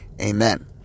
Amen